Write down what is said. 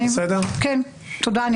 תודה.